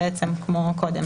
כמו קודם.